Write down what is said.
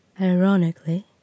Ironically